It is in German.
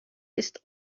ist